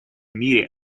мире